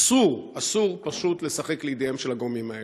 אסור, פשוט אסור לשחק לידיהם של הגורמים האלה.